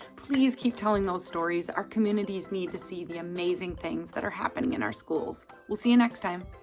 please keep telling those stories. our communities need to see the amazing things that are happening in our schools. we'll see you next time.